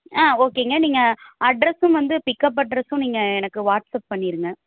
ஆ ஓகேங்க நீங்கள் அட்ரெஸும் வந்து பிக்கப் அட்ரெஸும் நீங்கள் எனக்கு வாட்ஸாப் பண்ணிடுங்க